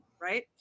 right